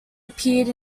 appeared